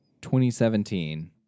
2017